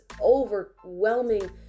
overwhelming